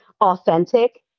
Authentic